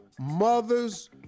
mothers